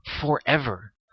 forever